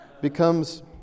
becomes